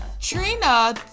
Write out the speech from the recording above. Trina